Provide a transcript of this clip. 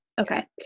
okay